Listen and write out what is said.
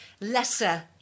lesser